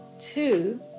two